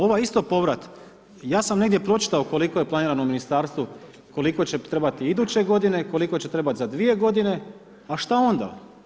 Ovaj isto povrat ja sam negdje pročitao koliko je planirano ministarstvu koliko će trebati iduće godine, koliko će trebati za 2 godine, a što onda?